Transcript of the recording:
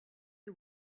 you